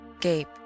gape